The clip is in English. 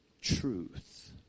truth